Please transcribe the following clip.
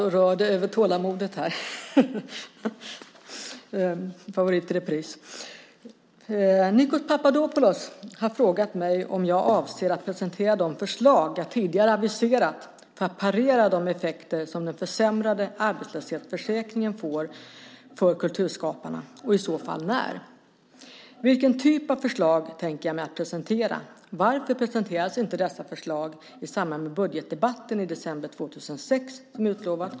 Herr talman! Nikos Papadopoulos har frågat mig om jag avser att presentera de förslag jag tidigare aviserat för att parera de effekter som den försämrade arbetslöshetsförsäkringen får för kulturarbetarna och i så fall när. Vilken typ av förslag tänker jag mig att presentera? Varför presenterades inte dessa förslag i samband med budgetdebatten i december 2006 som utlovat?